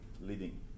leading